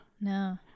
No